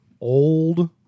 old